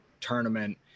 tournament